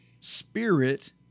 spirit